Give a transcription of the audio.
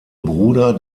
bruder